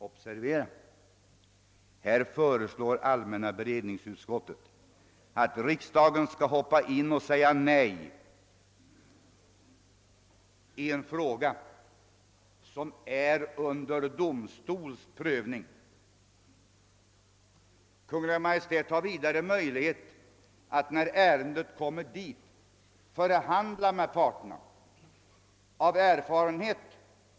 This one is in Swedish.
Observera att allmänna beredningsutskottet föreslår att riksdagen skall gripa in och säga nej i en fråga som är under domstols prövning. Kungl. Maj:t har möjlighet att när ärendet hänvisats dit förhandla med parterna.